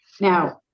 Now